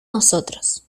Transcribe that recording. nosotros